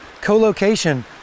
co-location